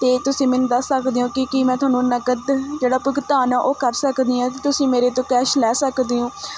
ਅਤੇ ਤੁਸੀਂ ਮੈਨੂੰ ਦੱਸ ਸਕਦੇ ਹੋ ਕਿ ਕੀ ਮੈਂ ਤੁਹਾਨੂੰ ਨਕਦ ਜਿਹੜਾ ਭੁਗਤਾਨ ਹੈ ਉਹ ਕਰ ਸਕਦੀ ਹਾਂ ਤੁਸੀਂ ਮੇਰੇ ਤੋਂ ਕੈਸ਼ ਲੈ ਸਕਦੇ ਹੋ